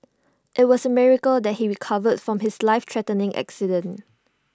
IT was A miracle that he recovered from his life threatening accident